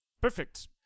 Perfect